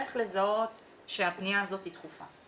איך לזהות שהפנייה הזאת היא דחופה.